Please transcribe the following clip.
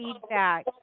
feedback